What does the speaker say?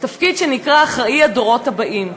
תפקיד שנקרא אחראי הדורות הבאים.